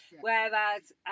Whereas